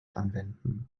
anwenden